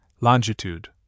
Longitude